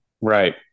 right